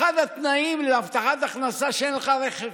אחד התנאים להבטחת הכנסה הוא שאין לך רכב,